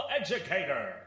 educator